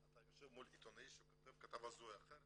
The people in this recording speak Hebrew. אתה יושב מול עיתונאי שכותב כתבה כזו או אחרת